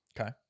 Okay